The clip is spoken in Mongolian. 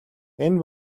энэ